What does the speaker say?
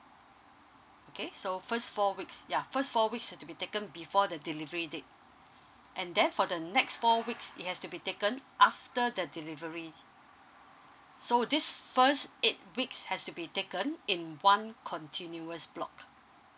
okay so first four weeks ya first four week have to be taken before the delivery date and then for the next four weeks it has to be taken after the delivery so this first eight weeks has to be taken in one continuous block